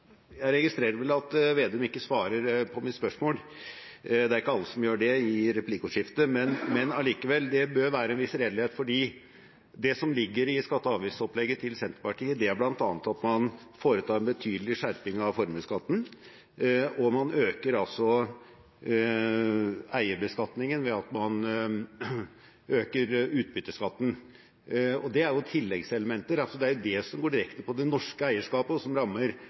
Jeg registrerer at Slagsvold Vedum ikke svarer på mitt spørsmål. Det er ikke alle som gjør det i replikkordskifte. Det bør allikevel være en viss redelighet, for det som ligger i skatte- og avgiftsopplegget til Senterpartiet, er bl.a. at man foretar en betydelig skjerping av formuesskatten, og man øker altså eierbeskatningen ved at man øker utbytteskatten. Det er jo tilleggselementer. Det er det som går direkte på det norske eierskapet og rammer norske eiere, og ikke de elementene som